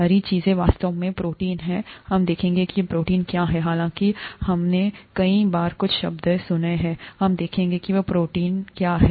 हरी चीजें वास्तव में प्रोटीन हैं हम देखेंगे कि प्रोटीन क्या हैं हालांकि हमनेको कई बार कुछ शब्दोंसुना है हम देखेंगे कि वे प्रोटीन क्या हैं